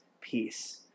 peace